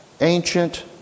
ancient